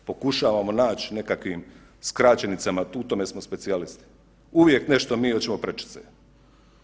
Pokušavamo nać nekakvim skraćenicama u tome smo specijalisti, uvijek nešto mi hoćemo prečice.